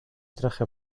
traje